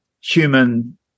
human